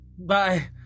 Bye